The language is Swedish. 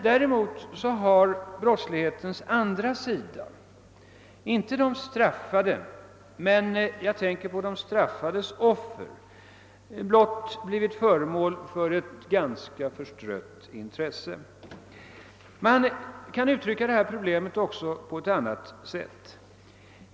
Däremot har brottslighetens andra sida, alltså inte de straffade utan deras offer, endast blivit föremål för ett ganska förstrött intresse. Jag kan också uttrycka det på annat sätt.